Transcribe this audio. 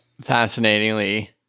Fascinatingly